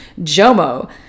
JOMO